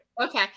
okay